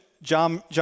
John